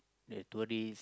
the tourist